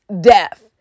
death